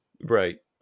Right